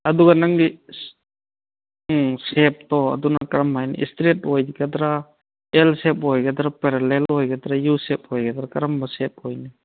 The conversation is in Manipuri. ꯑꯗꯨꯒ ꯅꯪꯒꯤ ꯎꯝ ꯁꯦꯞꯇꯣ ꯑꯗꯨꯅ ꯀꯔꯝ ꯍꯥꯏꯅ ꯏꯁꯇ꯭ꯔꯦꯠ ꯑꯣꯏꯒꯗ꯭ꯔꯥ ꯑꯦꯜ ꯁꯦꯞ ꯑꯣꯏꯒꯗ꯭ꯔꯥ ꯄꯦꯔꯦꯂꯦꯜ ꯑꯣꯏꯒꯗ꯭ꯔꯥ ꯌꯨ ꯁꯦꯞ ꯑꯣꯏꯒꯗ꯭ꯔꯥ ꯀꯔꯝꯕ ꯁꯦꯞ ꯑꯣꯏꯅꯤ